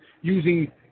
using